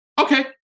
okay